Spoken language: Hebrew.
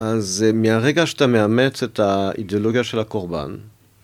אז מהרגע שאתה מאמץ את האידיאולוגיה של הקורבן...